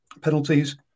penalties